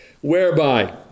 Whereby